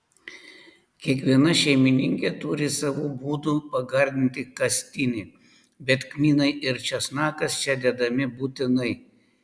kiekviena šeimininkė turi savų būdų pagardinti kastinį bet kmynai ir česnakas čia dedami būtinai